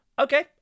Okay